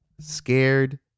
scared